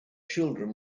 children